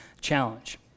challenge